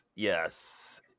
Yes